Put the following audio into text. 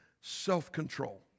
self-control